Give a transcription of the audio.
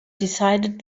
decided